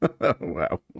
Wow